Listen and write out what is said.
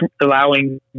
allowing